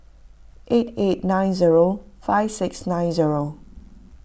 eight eight nine zero five six nine zero